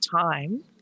time